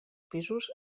pisos